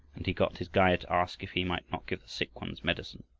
and he got his guide to ask if he might not give the sick ones medicine.